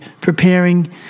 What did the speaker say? preparing